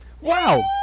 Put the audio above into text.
Wow